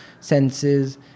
senses